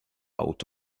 out